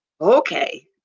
okay